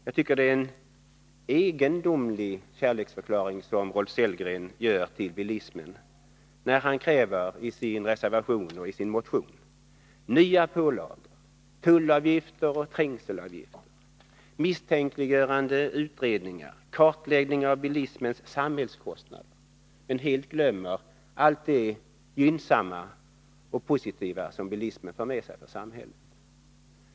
Jag tycker att herr Sellgren gör en egendomlig kärleksförklaring till bilismen då han i sin reservation och motion kräver nya pålagor, tullavgifter och trängselavgifter, misstänkliggörande utredningar och kartläggning av bilismens samhällskostnader, men helt glömmer allt det positiva som bilismen för med sig för samhället.